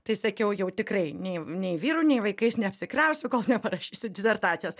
tai sakiau jau tikrai nei nei vyru nei vaikais neapsikrausiu kol neparašysiu disertacijos